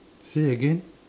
say again